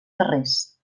carrers